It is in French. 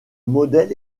modèle